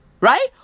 Right